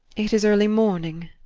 it is early morning.